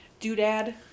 doodad